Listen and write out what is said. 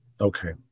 Okay